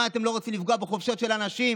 מה, אתם לא רוצים לפגוע בחופשות של אנשים?